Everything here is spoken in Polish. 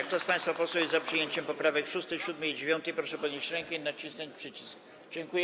Kto z państwa posłów jest za przyjęciem poprawek 6., 7. i 9., proszę podnieść rękę i nacisnąć przycisk.